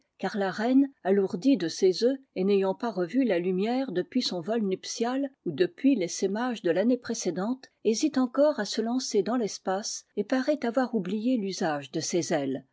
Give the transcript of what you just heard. car la reine alourdie de ses œufs et n'ayant pas revu la lumière depuis son vol nuptial ou depuis l'essaimage de tannée précédente hésite encore à se lancer dans l'espace et paraît avoir oublié l'usage de ses ailes